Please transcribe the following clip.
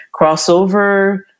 Crossover